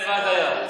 מהירדן ועד הים.